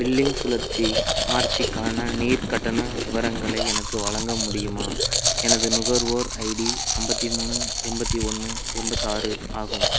billing சுழற்சி மார்ச்சுக்கான நீர் கட்டண விவரங்களை எனக்கு வழங்க முடியுமா எனது நுகர்வோர் ஐடி ஐம்பத்தி மூணு எண்பத்தி ஒன்று எண்பத்தாறு ஆகும்